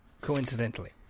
Coincidentally